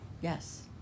Yes